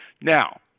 Now